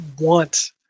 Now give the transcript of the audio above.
want